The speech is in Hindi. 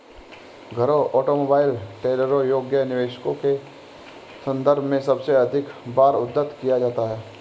घरों, ऑटोमोबाइल, ट्रेलरों योग्य निवेशों के संदर्भ में सबसे अधिक बार उद्धृत किया जाता है